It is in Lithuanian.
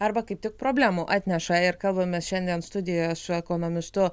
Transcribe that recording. arba kaip tik problemų atneša ir kalbamės šiandien studijoje su ekonomistu